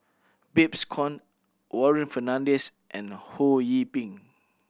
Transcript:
Babes Conde Warren Fernandez and Ho Yee Ping